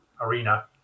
arena